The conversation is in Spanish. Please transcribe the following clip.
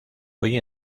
hoy